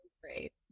great